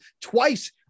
twice